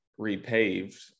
repaved